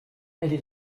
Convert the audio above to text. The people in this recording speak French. est